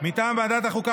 מטעם ועדת החוקה,